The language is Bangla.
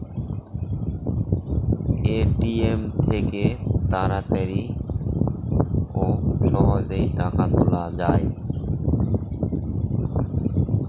এ.টি.এম থেকে তাড়াতাড়ি ও সহজেই টাকা তোলা যায়